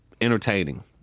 entertaining